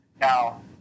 Now